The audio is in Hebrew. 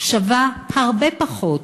שווה הרבה פחות